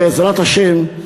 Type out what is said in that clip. בעזרת השם,